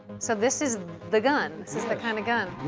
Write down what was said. so this is the gun. this is the kind of gun.